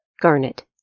Garnet